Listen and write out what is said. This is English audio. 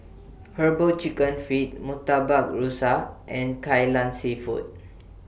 Herbal Chicken Feet Murtabak Rusa and Kai Lan Seafood